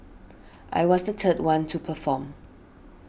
I was the third one to perform